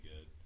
good